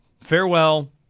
farewell